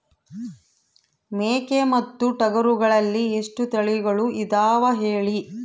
ಮೇಕೆ ಮತ್ತು ಟಗರುಗಳಲ್ಲಿ ಎಷ್ಟು ತಳಿಗಳು ಇದಾವ ಹೇಳಿ?